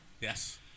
Yes